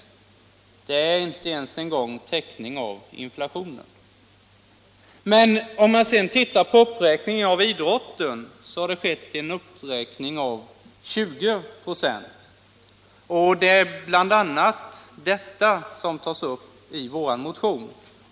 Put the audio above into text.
Det är inte ens tillräckligt för täckning av inflationen. Vad däremot gäller idrotten har där skett en uppräkning med 20 96. Det är bl.a. detta förhållande som tas upp i vår motion.